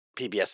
PBS